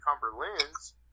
Cumberlands